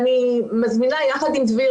ואני מזמינה יחד עם דביר,